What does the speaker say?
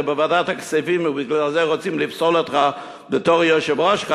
בוועדת הכספים ובגלל זה רוצים לפסול אותך בתור יושב-ראש,